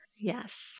yes